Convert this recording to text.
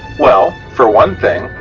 well for one thing,